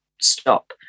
stop